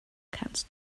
kannst